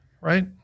right